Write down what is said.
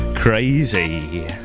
Crazy